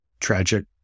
tragic